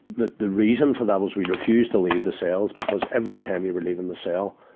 the, the reason for that was we refused to leave the cell because every time you were leaving the cell,